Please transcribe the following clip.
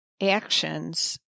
actions